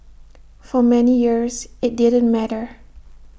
for many years IT didn't matter